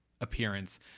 appearance